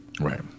Right